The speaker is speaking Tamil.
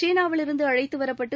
சீனாவிலிருந்து அழைத்துவரப்பட்டு